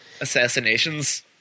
Assassinations